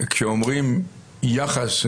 כשאומרים יחס,